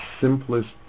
simplest